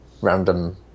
random